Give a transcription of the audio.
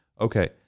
okay